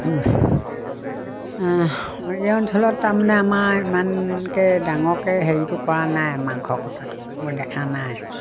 এই অঞ্চলত তাৰমানে আমাৰ ইমানকে ডাঙৰকে হেৰিটো কৰা নাই মাংস কটাটো মই দেখা নাই